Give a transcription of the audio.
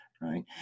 right